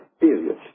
period